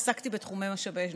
עסקתי בתחומי משאבי אנוש.